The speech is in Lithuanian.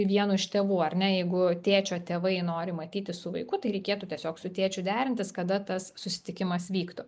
vienu iš tėvų ar ne jeigu tėčio tėvai nori matytis su vaiku tai reikėtų tiesiog su tėčiu derintis kada tas susitikimas vyktų